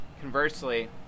Conversely